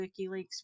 WikiLeaks